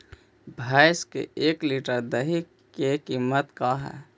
भैंस के एक लीटर दही के कीमत का है?